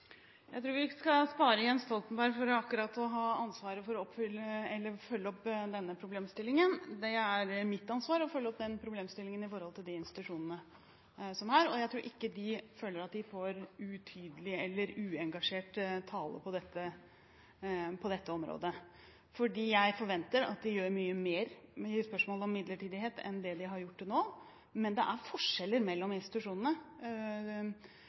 Jeg tror vi skal spare Jens Stoltenberg for å følge opp denne problemstillingen. Det er mitt ansvar å følge opp dette når det gjelder disse institusjonene, og jeg tror ikke de føler at de får utydelig eller uengasjert tale på dette området. Jeg forventer at de gjør mye mer med spørsmålet om midlertidighet enn det de har gjort til nå. Men det er forskjeller mellom institusjonene,